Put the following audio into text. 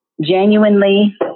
genuinely